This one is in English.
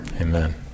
amen